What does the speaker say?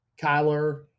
Kyler